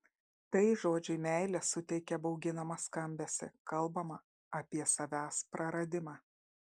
tai žodžiui meilė suteikia bauginamą skambesį kalbama apie savęs praradimą